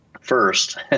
first